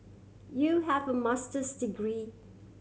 you have a Master's degree